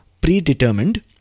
predetermined